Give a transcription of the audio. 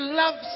love